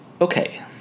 Okay